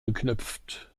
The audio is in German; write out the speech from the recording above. geknüpft